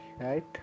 right